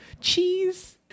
cheese